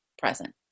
present